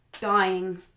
Dying